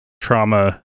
trauma